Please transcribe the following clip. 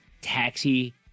taxi